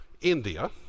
India